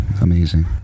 amazing